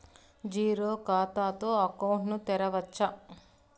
Zero ఖాతా తో account ను తెరవచ్చా?